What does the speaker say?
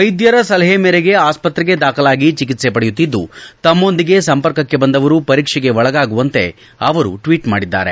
ವೈದ್ದರ ಸಲಹೆ ಮೇರೆಗೆ ಆಸ್ಪತ್ರೆಗೆ ದಾಖಲಾಗಿ ಚಿಕಿತ್ಸೆ ಪಡೆಯುತ್ತಿದ್ದು ತಮ್ನದೊಂದಿಗೆ ಸಂಪರ್ಕಕ್ಕೆ ಬಂದವರು ಪರೀಕ್ಷೆಗೆ ಒಳಗಾಗುವಂತೆ ಅವರು ಟ್ವೀಟ್ ಮಾಡಿದ್ದಾರೆ